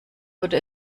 wurde